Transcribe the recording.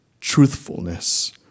truthfulness